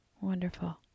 Wonderful